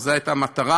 שזה הייתה המטרה,